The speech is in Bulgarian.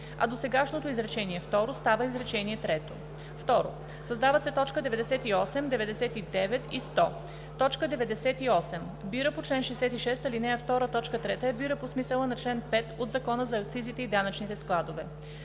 а досегашното изречение второ става изречение трето. 2. Създават се т. 98, 99 и 100: „98. Бира по чл. 66, ал. 2, т. 3“ е бира по смисъла на чл. 5 от Закона за акцизите и данъчните складове.